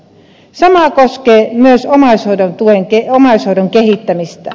sama koskee myös omaishoidon kehittämistä